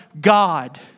God